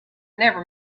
never